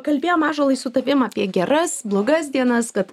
kalbėjom ąžuolai su tavim apie geras blogas dienas kad